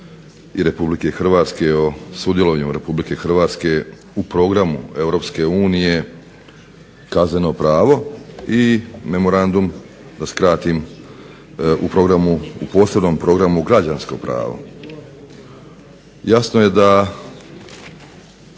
i Republike Hrvatske o sudjelovanju Republike Hrvatske u programu EU Kazneno pravo i memorandum, da skratim u posebnom programu Građansko pravo. Jasno je da